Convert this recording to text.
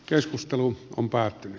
keskustelu on päättynyt